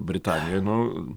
britanijoj nu